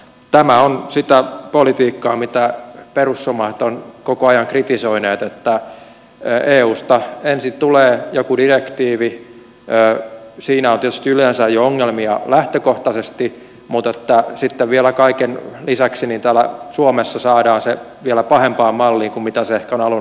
tämä on sitä politiikkaa mitä perussuomalaiset ovat koko ajan kritisoineet että eusta ensin tulee joku direktiivi siinä on tietysti yleensä jo ongelmia lähtökohtaisesti mutta sitten vielä kaiken lisäksi täällä suomessa saadaan se vielä pahempaan malliin kuin se ehkä on alun alkaen ollut